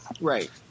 right